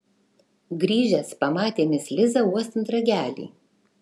grįžęs pamatė mis lizą uostant ragelį